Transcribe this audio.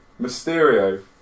Mysterio